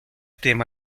tema